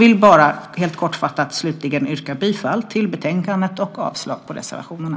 Helt kort vill jag bara slutligen yrka bifall till utskottets förslag i betänkandet och avslag på reservationerna.